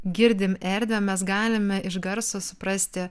girdim erdvę mes galime iš garso suprasti